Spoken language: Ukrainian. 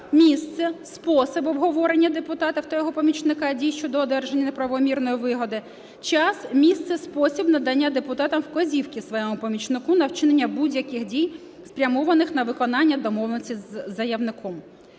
місце, спосіб обговорення депутата та помічника дій щодо одержання неправомірної вигоди; час, місце, спосіб надання депутатом вказівки своєму помічнику на вчинення будь-яких дій спрямованих на виконання домовленостей з заявником.